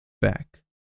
back